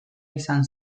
izan